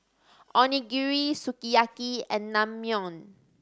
Onigiri Sukiyaki and Naengmyeon